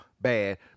bad